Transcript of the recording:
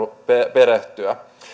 perehtyä